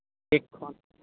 ᱮᱹᱠ ᱠᱷᱚᱱ